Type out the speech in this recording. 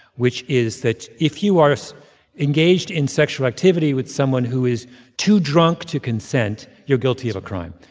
which is that if you are so engaged in sexual activity with someone who is too drunk to consent, you're guilty of a crime.